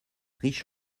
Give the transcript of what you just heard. riche